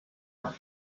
راه